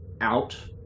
out